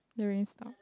you are in stalk